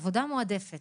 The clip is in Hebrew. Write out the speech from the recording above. עבודה מועדפת